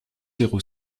zéro